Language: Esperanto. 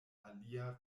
alia